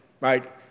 right